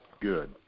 good